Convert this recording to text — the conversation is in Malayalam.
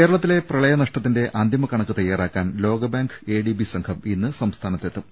കേരളത്തിലെ പ്രളയ നഷ്ടത്തിന്റെ അന്തിമ കണക്ക് തയാറാക്കാൻ ലോക ബാങ്ക് എഡിബി സംഘം ഇന്ന് സംസ്ഥാനത്തെത്തും